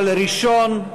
אבל ראשון,